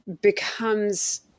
becomes